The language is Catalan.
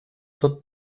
tot